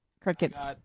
Crickets